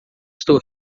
estou